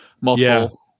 multiple